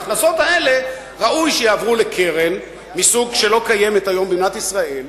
ההכנסות האלה ראוי שיעברו לקרן מסוג שלא קיים היום במדינת ישראל,